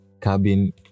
cabin